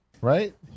Right